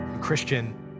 Christian